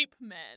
men